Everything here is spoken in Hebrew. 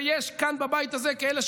ויש כאן בבית הזה כאלה,